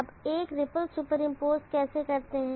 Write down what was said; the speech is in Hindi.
आप एक रिपल सुपर इंपोज कैसे करते हैं